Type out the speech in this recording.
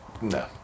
no